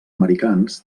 americans